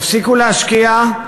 יפסיקו להשקיע,